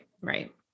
Right